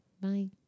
Bye